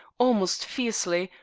almost fiercely,